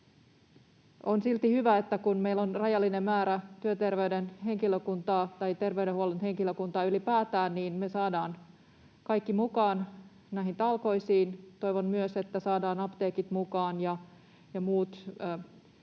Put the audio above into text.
On silti hyvä, että kun meillä on rajallinen määrä työterveyden henkilökuntaa tai ter-veydenhuollon henkilökuntaa ylipäätään, niin me saadaan kaikki mukaan näihin talkoisiin. Toivon myös, että saadaan mukaan apteekit ja muut